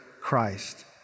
Christ